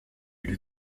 lui